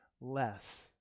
less